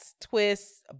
twists